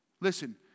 Listen